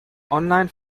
online